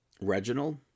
Reginald